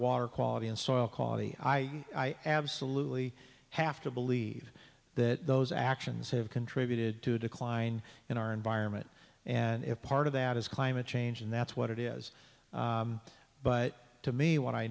water quality and soil quality i absolutely have to believe that those actions have contributed to a decline in our environment and if part of that is climate change and that's what it is but to me what i